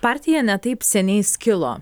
partija ne taip seniai skilo